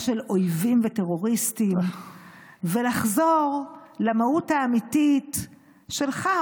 של אויבים וטרוריסטים ולחזור למהות האמיתית שלך,